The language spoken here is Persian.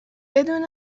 بدون